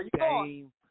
game